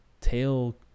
tail